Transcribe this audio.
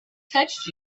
touched